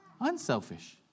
unselfish